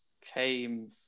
came